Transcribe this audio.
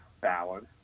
balance